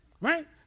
Right